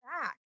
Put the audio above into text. back